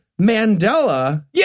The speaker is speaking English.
Mandela